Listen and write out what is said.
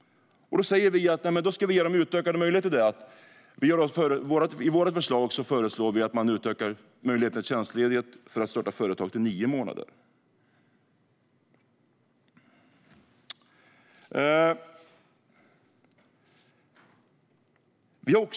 Då säger vi att vi ska ge dem utökade möjligheter och föreslår att tiden för tjänstledighet för att starta företag utökas till nio månader.